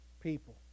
people